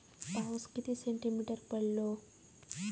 पाऊस किती सेंटीमीटर पडलो?